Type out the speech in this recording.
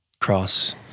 cross